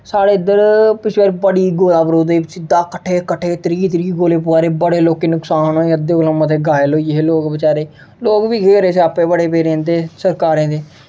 साढ़े इद्धर पिच्छें बड़ी गोला बारूद सिद्धा कट्ठे कट्ठे त्रीह् त्रीह गोले प'वा दे हे बड़े लोकें ई नुकसान होया अद्धे कोला मते घायल होई गे हे लोग बचैरे लोग बी केह् करै स्यापे बड़े पेदे न सरकारें दे